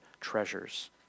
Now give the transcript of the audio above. treasures